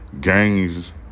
gangs